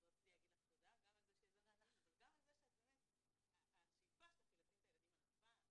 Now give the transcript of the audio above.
ורציתי לומר לך תודה גם על כך שהשאיפה שלך היא לשים את הילדים על המפה.